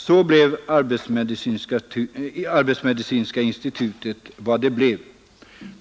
Så blev Arbetsmedicinska Institutet vad det blev.